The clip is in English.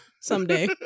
someday